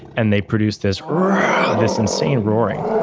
and they produce this this insane roaring.